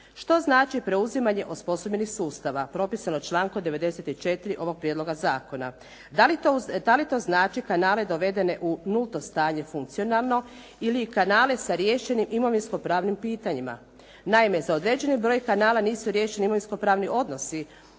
Što znači preuzimanje osposobljenih sustava propisano člankom 94. ovog prijedloga zakona? Da li to znači kanale dovedene u nulto stanje funkcionalno ili kanale sa riješenim imovinsko-pravnim pitanjima? Naime, za određeni broj kanala nisu riješeni imovinsko-pravni odnosi.